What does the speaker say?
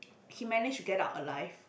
he managed to get out alive